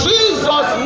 Jesus